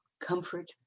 comfort